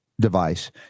device